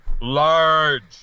large